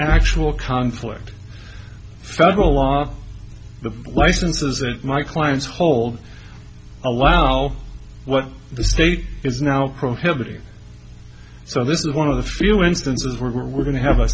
actual conflict federal law the licenses that my clients hold allow what the state is now prohibited so this is one of the few instances where we're going to have a